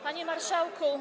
Panie Marszałku!